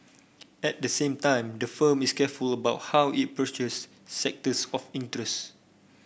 at the same time the firm is careful about how it approaches sectors of interest